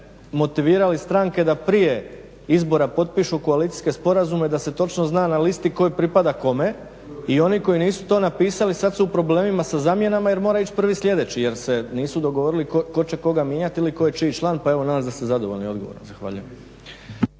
motivirali stranke da prije izbora potpišu koalicijske sporazume da se točno zna na listi tko je i pripada kome i oni koji nisu to napisali sad su u problemima sa zamjenama jer mora ići prvi sljedeći jer se nisu dogovorili tko će koga mijenjati ili tko je čiji član, pa evo nadam se da ste zadovoljni odgovorom.